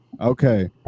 Okay